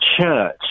church